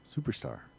Superstar